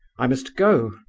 i must go,